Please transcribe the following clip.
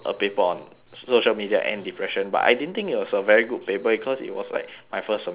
social media and depression but I didn't think it was a very good paper because it was like my first semester but